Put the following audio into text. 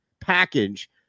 package